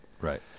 Right